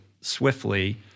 swiftly